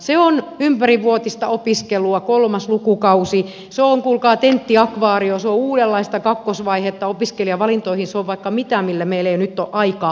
se on ympärivuotista opiskelua kolmas lukukausi se on kuulkaa tenttiakvaario se on uudenlaista kakkosvaihetta opiskelijavalintoihin se on vaikka mitä mihin meillä ei nyt ole aikaa